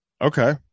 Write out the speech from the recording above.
okay